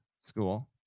school